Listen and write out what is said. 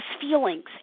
feelings